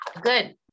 Good